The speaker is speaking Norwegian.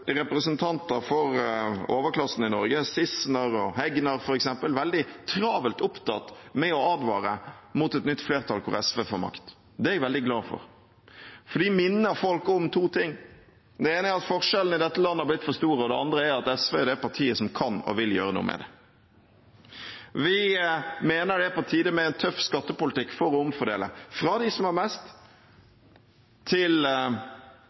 representanter for overklassen i Norge, Sissener og Hegnar f.eks., veldig travelt opptatt med å advare mot et nytt flertall hvor SV får makt. Det er jeg veldig glad for, for de minner folk om to ting. Det ene er at forskjellene i dette landet har blitt for store, og det andre er at SV er det partiet som kan og vil gjøre noe med det. Vi mener det er på tide med en tøff skattepolitikk for å omfordele fra dem som har mest, til